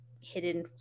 hidden